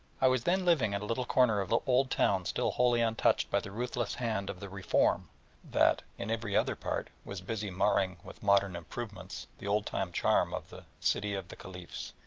i was then living in a little corner of the old town still wholly untouched by the ruthless hand of the reform that, in every other part, was busy marring with modern improvements the old-time charm of the city of the caliphs.